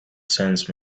sense